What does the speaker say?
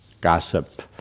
Gossip